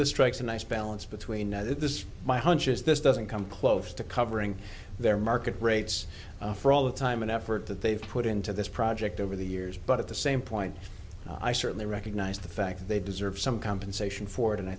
this strikes a nice balance between this my hunch is this doesn't come close to covering their market rates for all the time and effort that they've put into this project over the years but at the same point i certainly recognize the fact that they deserve some compensation for it and i